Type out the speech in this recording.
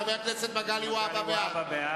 חבר הכנסת מגלי והבה, בעד.